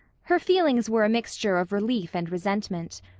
her feelings were a mixture of relief and resentment.